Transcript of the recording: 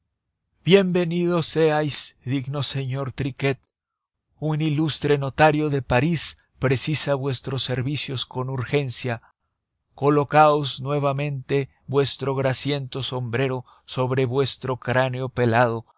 venido seáis digno señor triquet un ilustre notario de parís precisa vuestros servicios con urgencia colocaos nuevamente vuestro grasiento sombrero sobre vuestro cráneo pelado